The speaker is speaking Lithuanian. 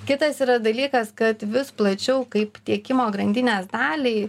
kitas yra dalykas kad vis plačiau kaip tiekimo grandinės dalį